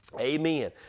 Amen